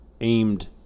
aimed